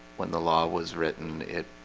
when the law was written it